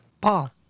Paul